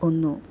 ഒന്ന്